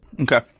Okay